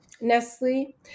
Nestle